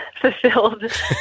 fulfilled